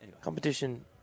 Competition